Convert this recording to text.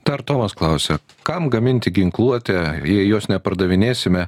dar tomas klausia kam gaminti ginkluotę jei jos nepardavinėsime